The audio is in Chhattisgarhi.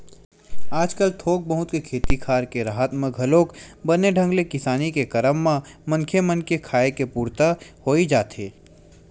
आजकल थोक बहुत के खेती खार के राहत म घलोक बने ढंग ले किसानी के करब म मनखे मन के खाय के पुरता होई जाथे